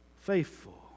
faithful